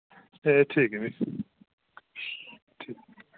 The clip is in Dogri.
ए ठीक ऐ फ्ही ठी